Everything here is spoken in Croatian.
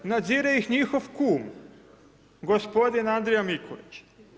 Nadzire ih njihov kum, gospodin Andrija Mikulić.